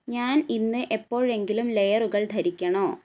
ഞാൻ ഇന്ന് എപ്പോഴെങ്കിലും ലെയറുകൾ ധരിക്കണോ